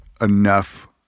enough